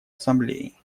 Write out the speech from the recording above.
ассамблеи